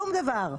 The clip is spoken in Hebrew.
שום דבר.